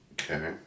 Okay